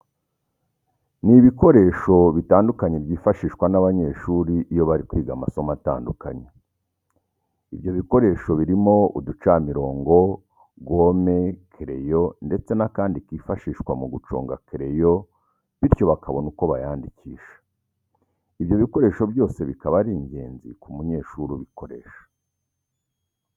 Ni ibikoresho bitandukanye byifashishwa n'abanyeshuri iyo bari kwiga amasomo atandukanye. Ibyo bikoresho birimo uducamirongo, gome, kereyo ndetse n'akandi kifashishwa mu guconga kereyo bityo bakabona uko bayandikisha. Ibyo bikoresho byose bikaba ari ingenzi ku munyeshuri ubikoresha.